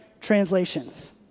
translations